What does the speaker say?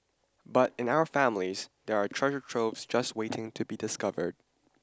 but in our families there are treasure troves just waiting to be discovered